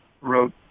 wrote